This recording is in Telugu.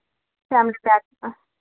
సెవెన్ ప్యాక్సా